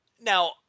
Now